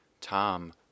Tom